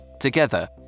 Together